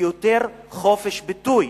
יותר חופש ביטוי,